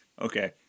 Okay